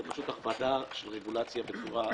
זו פשוט הכבדה של רגולציה בצורה בלתי-נתפשת.